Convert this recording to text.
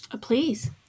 Please